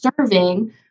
serving